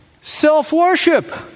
Self-worship